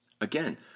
Again